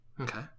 Okay